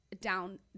down